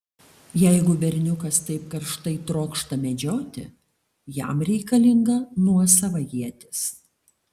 jeigu berniukas taip karštai trokšta medžioti jam reikalinga nuosava ietis